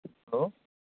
hello